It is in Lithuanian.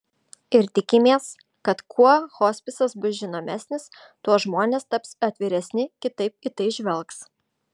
ir tikimės kad kuo hospisas bus žinomesnis tuo žmonės taps atviresni kitaip į tai žvelgs